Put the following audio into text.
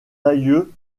aïeux